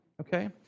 okay